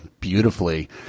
beautifully